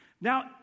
Now